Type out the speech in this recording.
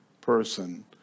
person